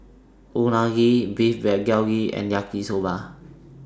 Unagi Beef Galbi and Yaki Soba